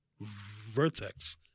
vertex